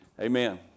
Amen